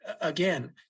again